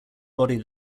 body